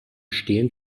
stehen